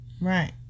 Right